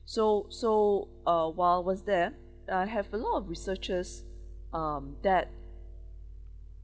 so so uh while I was there I have a lot of researchers um that